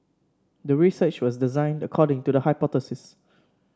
the research was designed according to the hypothesis